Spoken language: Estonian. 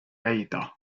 leida